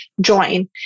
join